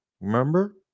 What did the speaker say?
Remember